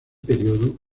periodo